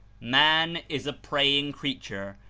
man is a praying creature.